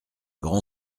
grand